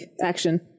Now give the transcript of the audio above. action